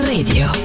Radio